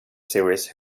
series